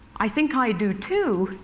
i think i do too,